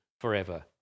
forever